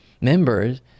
members